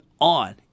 on